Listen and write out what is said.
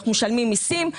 אנחנו משלמים מיסים,